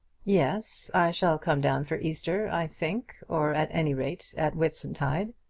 yes i shall come down for easter, i think or at any rate at whitsuntide.